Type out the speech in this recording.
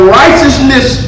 righteousness